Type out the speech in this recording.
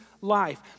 Life